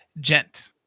Gent